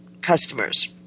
customers